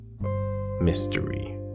mystery